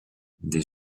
des